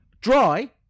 Dry